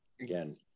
again